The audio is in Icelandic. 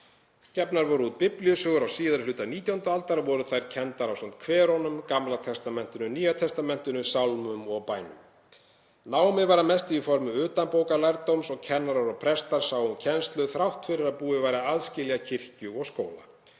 Gefnar voru út biblíusögur á síðari hluta 19. aldar og voru þær kenndar ásamt kverunum, Gamla testamentinu, Nýja testamentinu, sálmum og bænum. Námið var að mestu í formi utanbókarlærdóms og kennarar og prestar sáu um kennslu þrátt fyrir að búið væri að aðskilja kirkju og skóla.